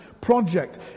project